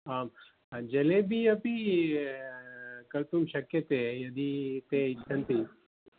आं जलेबि अपि कर्तुं शक्यते यदि ते इच्छन्ति